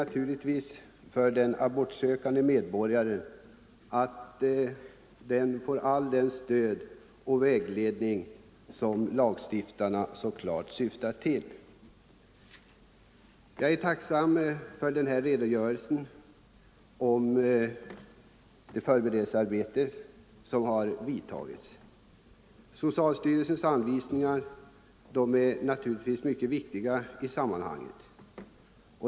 Väsentligt är att den abortsökande medborgaren får allt det stöd och all den vägledning som lagstiftarna så klart syftat till. Jag är tacksam för denna redogörelse för det förberedelsearbete som gjorts. Socialstyrelsens anvisningar är naturligtvis mycket viktiga i sammanhanget.